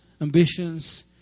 ambitions